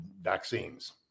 vaccines